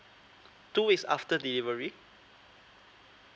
two weeks after delivery